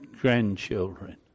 grandchildren